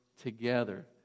together